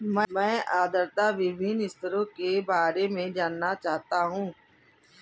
मैं आर्द्रता के विभिन्न स्तरों के बारे में जानना चाहता हूं